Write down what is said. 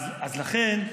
אז לכן,